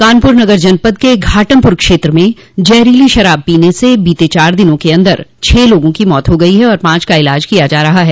कानपुर नगर जनपद के घाटमपुर क्षेत्र में जहरीली शराब पीने से बीते चार दिनों के अन्दर छह लोगों की मौत हो गई तथा पांच का इलाज किया जा रहा है